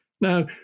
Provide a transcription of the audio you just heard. Now